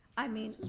i mean